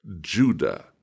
Judah